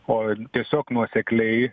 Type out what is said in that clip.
o tiesiog nuosekliai